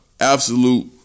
Absolute